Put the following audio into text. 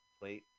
plate